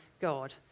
God